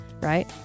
right